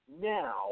now